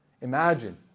Imagine